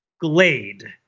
glade